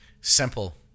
Simple